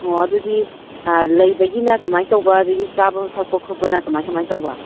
ꯑꯣ ꯑꯗꯨꯗꯤ ꯂꯩꯕꯒꯤꯅ ꯀꯃꯥꯏꯅ ꯇꯧꯕ ꯑꯗꯒꯤ ꯆꯥꯕ ꯊꯛꯄ ꯈꯣꯠꯄꯅ ꯀꯃꯥꯏ ꯀꯃꯥꯏꯅ ꯇꯧꯕ